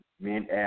men